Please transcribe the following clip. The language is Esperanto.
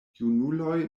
junuloj